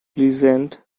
pleasant